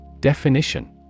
Definition